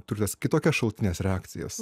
turės kitokias šalutines reakcijas